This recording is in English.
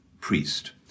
priest